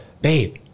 babe